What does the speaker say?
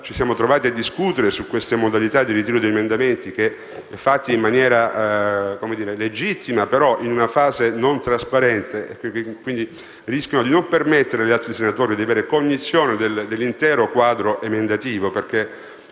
ci siamo trovati a discutere di queste modalità di ritiro di emendamenti, fatto in maniera legittima, ma in una fase non trasparente perché si rischia di non permettere agli altri senatori di avere cognizione dell'intero quadro emendativo. È chiaro